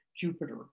Jupiter